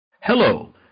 Hello